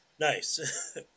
Nice